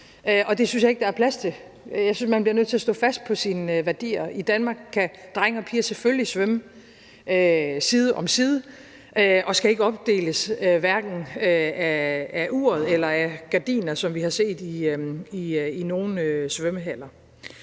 det synes jeg ikke der er plads til. Jeg synes, man bliver nødt til at stå fast på sine værdier. I Danmark kan drenge og piger selvfølgelig svømme side om side og skal ikke opdeles, hverken af uret eller af gardiner, som vi har set i nogle svømmehaller.